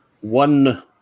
One